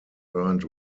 earned